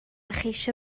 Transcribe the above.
cheisio